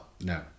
No